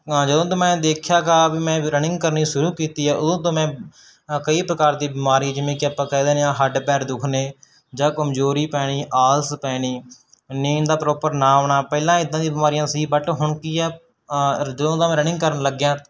ਜਦੋਂ ਤੋਂ ਮੈਂ ਦੇਖਿਆ ਹੈਗਾ ਵੀ ਮੈਂ ਰਨਿੰਗ ਕਰਨੀ ਸ਼ੁਰੂ ਕੀਤੀ ਆ ਉਦੋਂ ਤੋਂ ਮੈਂ ਕਈ ਪ੍ਰਕਾਰ ਦੀ ਬਿਮਾਰੀ ਜਿਵੇਂ ਕਿ ਆਪਾਂ ਕਹਿ ਦਿੰਦੇ ਹਾਂ ਹੱਡ ਪੈਰ ਦੁਖਣੇ ਜਾਂ ਕਮਜ਼ੋਰੀ ਪੈਣੀ ਆਲਸ ਪੈਣੀ ਨੀਂਦ ਦਾ ਪ੍ਰੋਪਰ ਨਾ ਆਉਣਾ ਪਹਿਲਾਂ ਇੱਦਾਂ ਦੀਆਂ ਬਿਮਾਰੀਆਂ ਸੀ ਬਟ ਹੁਣ ਕੀ ਆ ਜਦੋਂ ਦਾ ਮੈਂ ਰਨਿੰਗ ਕਰਨ ਲੱਗਿਆ